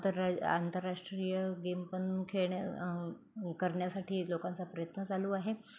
आंतररा आंतरराष्ट्रीय गेम पण खेळण्या करण्यासाठी लोकांचा प्रयत्न चालू आहे